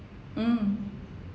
mm